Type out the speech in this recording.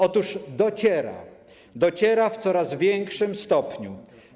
Otóż dociera, dociera w coraz większym stopniu.